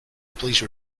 please